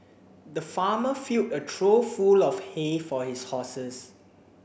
the farmer filled a trough full of hay for his horses